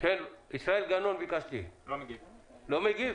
לא מגיב